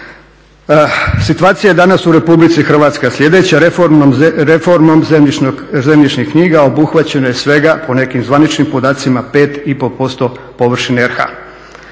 Situacija je danas u RH sljedeća. Reformom zemljišnih knjiga obuhvaćeno je svega po nekim zvaničnim podacima 5,5% površine RH